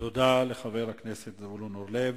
לחבר הכנסת זבולון אורלב,